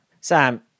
Sam